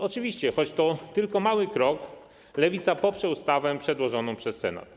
Oczywiście, choć to tylko mały krok, Lewica poprze ustawę przedłożoną przez Senat.